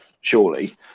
surely